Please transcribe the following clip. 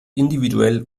individuell